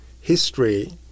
history